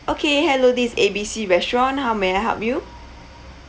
okay hello this is A B C restaurant how may I help you